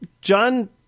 John